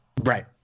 Right